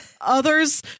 others